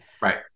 Right